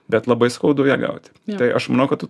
bet labai skaudu ją gauti tai aš manau kad